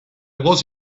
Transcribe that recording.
was